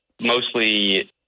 mostly